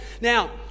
Now